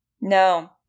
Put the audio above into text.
No